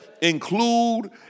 include